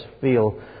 feel